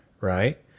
right